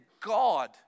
God